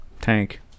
Tank